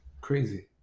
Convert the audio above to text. Crazy